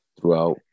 throughout